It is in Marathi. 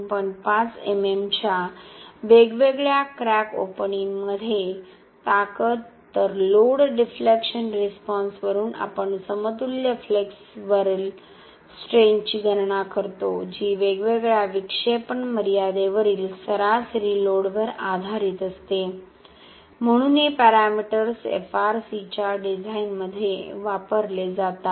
5 MM च्या वेगवेगळ्या क्रॅक ओपनिंगमध्ये ताकद तर लोड डिफ्लेक्शन रिस्पॉन्सवरून आपण समतुल्य फ्लेक्सरल स्ट्रेंथची गणना करतो जी वेगवेगळ्या विक्षेपण मर्यादेवरील सरासरी लोडवर आधारित असते म्हणून हे पॅरामीटर्स FRC च्या डिझाइनमध्ये वापरले जातात